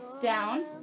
down